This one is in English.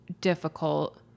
difficult